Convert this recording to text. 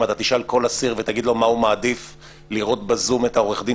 אם אתה תשאל כל אסיר ותשאל אותו מה הוא מעדיף לראות בזום את העורך דין